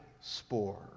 spore